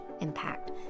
impact